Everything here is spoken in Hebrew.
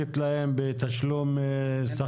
המהנדס,